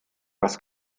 was